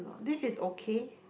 this is okay